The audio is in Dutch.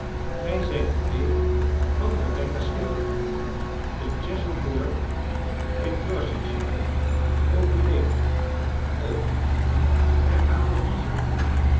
gij zijt de neef vanrebekka swiveller te cheselbourne in dorsetshire overleden overleden herhaalde richard